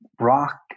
rock